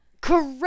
correct